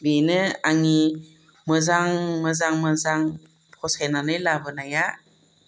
बेनो आंनि मोजां मोजां फसायनानै लाबोनाया